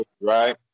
right